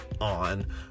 on